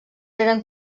eren